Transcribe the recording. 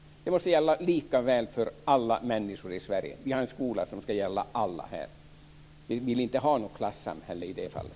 Det måste gälla lika för alla människor i Sverige. Vi ska ha en skola som ska gälla alla. Vi vill inte ha något klassamhälle i det fallet.